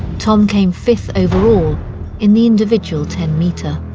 tom came fifth overall in the individual ten metre.